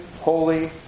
holy